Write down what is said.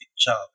job